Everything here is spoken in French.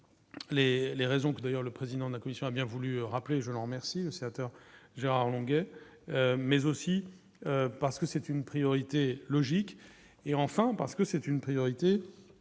les raisons que d'ailleurs le président de la commission, a bien voulu rappeler, je l'en remercie le sénateur Gérard Longuet, mais aussi parce que c'est une priorité logique et enfin parce que c'est une priorité